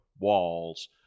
walls